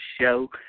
show